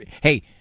Hey